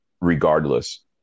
Regardless